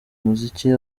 umuziki